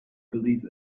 believe